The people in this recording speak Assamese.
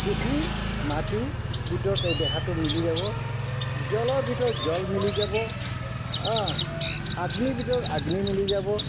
পৃথিৱী মাটি ভিতৰত এই দেহাটো মিলি যাব জল ভিতৰত জল মিলি যাব অঁ অগ্নিৰ ভিতৰত অগ্নি মিলি যাব